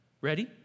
Ready